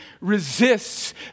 resists